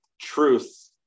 truth